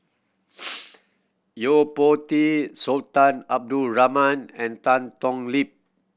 Yo Po Tee Sultan Abdul Rahman and Tan Thoon Lip